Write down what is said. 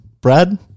brad